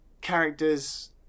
characters